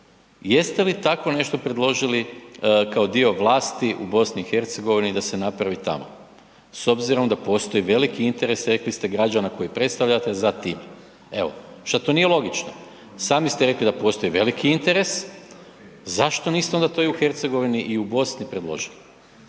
jeste li tako nešto predložili kao dio vlasti u BiH da se napravi tamo? S obzirom da postoji interes rekli ste građana koje predstavljate za tim. Evo, šta to nije logično. Sami ste rekli da postoji veliki interes, zašto niste onda to u Hercegovini i u Bosni predložili?